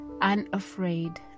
unafraid